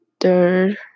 third